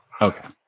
Okay